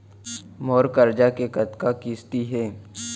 मोर करजा के कतका किस्ती हे?